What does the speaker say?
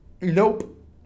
Nope